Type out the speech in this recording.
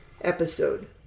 episode